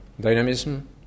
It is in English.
dynamism